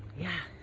yeah.